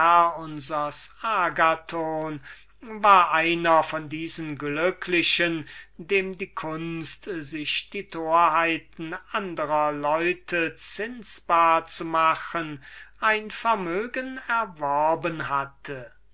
war einer von diesen glücklichen dem die kunst sich die torheiten andrer leute zinsbar zu machen ein vermögen erworben hatte